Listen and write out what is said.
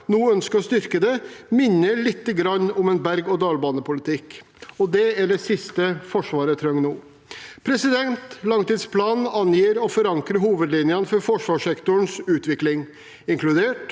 nå ønsker å styrke det, minner litt om en berg- og dalbanepolitikk. Det er det siste Forsvaret trenger nå. Langtidsplanen angir å forankre hovedlinjene for forsvarssektorens utvikling, inkludert